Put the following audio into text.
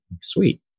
Sweet